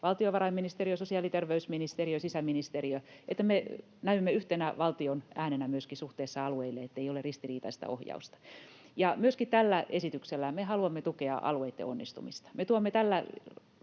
valtiovarainministeriö, sosiaali- ja terveysministeriö, sisäministeriö — että me näymme yhtenä valtion äänenä myöskin suhteessa alueisiin, ettei ole ristiriitaista ohjausta. Myöskin tällä esityksellä me haluamme tukea alueitten onnistumista. Me tuomme tällä